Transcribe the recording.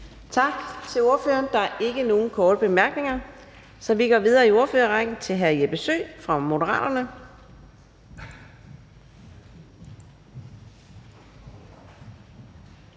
Tak til ordføreren. Der er ikke flere korte bemærkninger. Vi går videre i ordførerrækken til hr. Lars Arne Christensen fra Moderaterne.